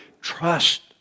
trust